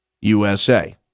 USA